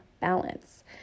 balance